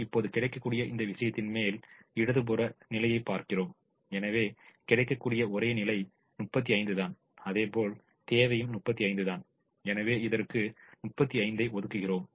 இப்போது கிடைக்கக்கூடிய இந்த விஷயத்தின் மேல் இடது புற நிலையைப் பார்க்கிறோம் எனவே கிடைக்கக்கூடிய ஒரே நிலை 35 தான் அதேபோல் தேவையும் 35 தான் எனவே இதற்கு 35 ஒதுக்குகிறோம்